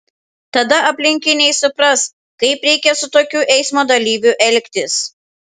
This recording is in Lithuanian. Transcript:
tada aplinkiniai supras kaip reikia su tokiu eismo dalyviu elgtis